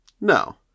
no